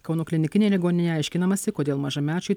kauno klinikinėje ligoninėje aiškinamasi kodėl mažamečiui